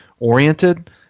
Oriented